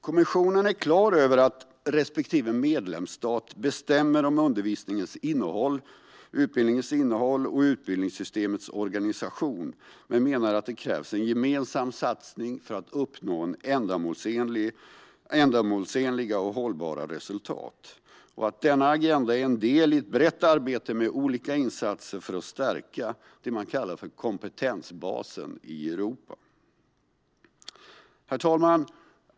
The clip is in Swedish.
Kommissionen är klar över att respektive medlemsstat bestämmer om undervisningens och utbildningens innehåll samt utbildningssystemets organisation men menar att det krävs en gemensam satsning för att uppnå ändamålsenliga och hållbara resultat. Agendan är en del i ett brett arbete med olika insatser för att stärka det man kallar kompetensbasen i Europa. Herr talman!